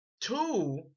Two